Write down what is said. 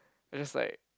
I just like